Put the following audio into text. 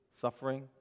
suffering